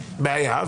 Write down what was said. בעיה,